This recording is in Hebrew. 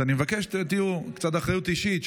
אני מבקש קצת אחריות אישית.